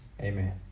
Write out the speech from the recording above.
Amen